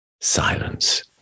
silence